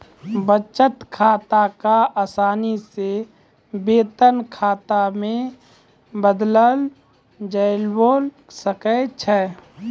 बचत खाता क असानी से वेतन खाता मे बदललो जाबैल सकै छै